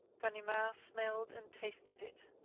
ganimard smelled and tasted it.